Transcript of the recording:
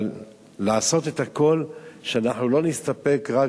אבל לעשות את הכול שאנחנו לא נסתפק רק,